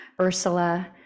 ursula